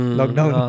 lockdown